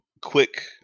quick